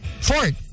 Fort